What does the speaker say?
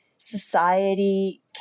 society